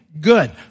good